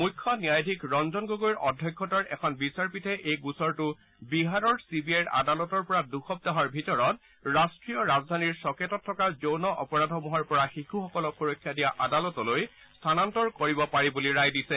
মুখ্য ন্যায়াধীশ ৰঞ্জন গগৈৰ অধ্যক্ষতাৰ এখন বিচাৰপীঠে এই গোচৰটো বিহাৰৰ চিবিআইৰ আদালতৰ পৰা দুসপ্তাহৰ ভিতৰত ৰাষ্ট্ৰীয় ৰাজধানীৰ চকেটত থকা যৌন অপৰাধসমূহৰ পৰা শিশুসকলক সুৰক্ষা দিয়া আদালতলৈ স্থানান্তৰ কৰিব পাৰি বুলি ৰায় দিছে